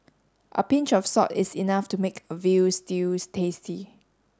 a pinch of salt is enough to make a veal stews tasty